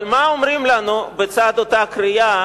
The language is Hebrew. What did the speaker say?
אבל מה אומרים לנו בצד אותה קריאה